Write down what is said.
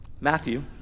Matthew